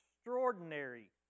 extraordinary